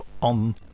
on